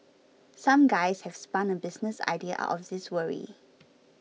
some guys have spun a business idea out of this worry